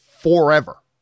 forever